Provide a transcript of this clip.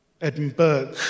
Edinburgh